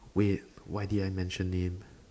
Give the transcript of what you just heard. wait why did I mention names